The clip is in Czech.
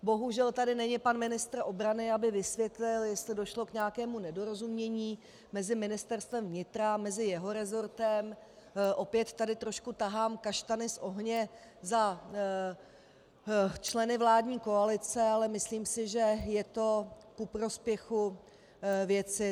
Bohužel tady není pan ministr obrany, aby vysvětlil, jestli došlo k nějakému nedorozumění mezi Ministerstvem vnitra, mezi jeho resortem, opět tady trošku tahám kaštany z ohně za členy vládní koalice, ale myslím si, že je to ku prospěchu věci.